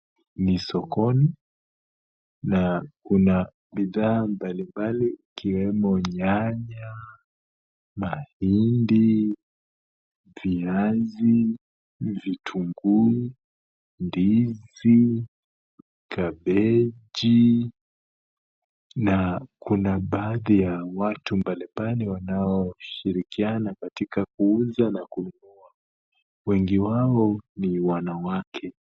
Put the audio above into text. Ni sokoni, na kuna bidhaa mbalimbali ikiwemo nyanya, mahindi, viazi, vitunguu, ndizi, kabichi na kuna baadhi ya watu mbalimbali wanaoshirikiana katika kuuza na kununua, wengi wao ni wanawake.